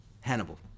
Hannibal